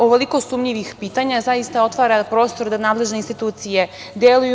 Ovoliko sumnjivih pitanja, zaista otvara prostor da nadležne institucije deluju.